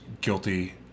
guilty